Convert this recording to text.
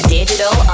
Digital